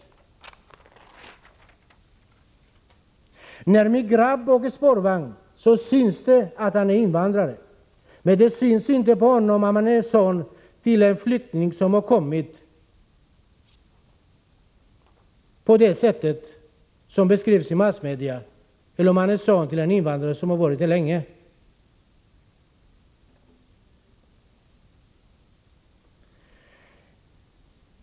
Alla på den spårvagn min grabb åker med ser att han är invandrare, men det syns inte på honom om han kommit hit på det sätt som beskrivs i massmedia eller om han är son till en invandrare som bott här länge.